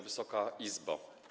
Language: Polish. Wysoka Izbo!